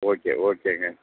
okay ஓகேங்க